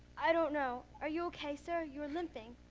i don't know. are you okay sir, you were limping.